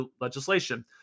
legislation